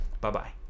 Bye-bye